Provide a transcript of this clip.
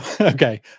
Okay